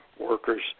workers